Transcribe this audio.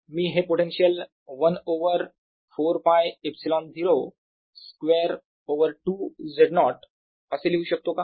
मी हे potential 1 over 4π ε0 square over 2 Z0असे लिहू शकतो का